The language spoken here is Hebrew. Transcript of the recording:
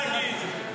חבריי היקרים,